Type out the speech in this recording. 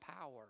power